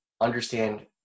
understand